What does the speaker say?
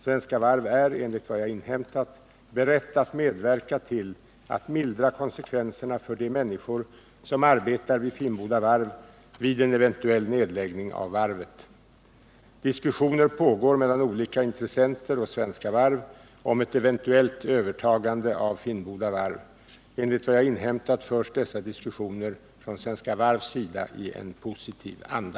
Svenska Varv är, enligt vad jag inhämtat, berett att medverka till att mildra konsekvenserna för de människor som arbetar vid Finnboda varv vid en eventuell nedläggning av varvet. Diskussioner pågår mellan olika intressenter och Svenska Varv om ett eventuellt övertagande av Finnboda varv. Enligt vad jag har inhämtat förs dessa diskussioner från Svenska Varvs sida i en positiv anda.